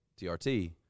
TRT